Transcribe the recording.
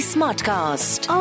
Smartcast